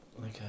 Okay